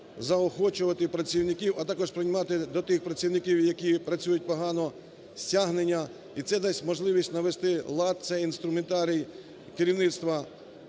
заохочувати працівників, а також приймати до тих працівників, які працюють погано, стягнення. І це дасть можливість навести лад, це є інструментарій керівництва